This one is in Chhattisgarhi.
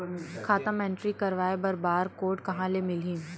खाता म एंट्री कराय बर बार कोड कहां ले मिलही?